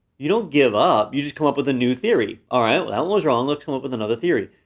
you don't give up. you just come up with a new theory, all right, well that was wrong, let's come up with another theory.